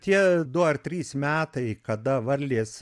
tie du ar trys metai kada varlės